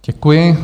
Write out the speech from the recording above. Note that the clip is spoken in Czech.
Děkuji.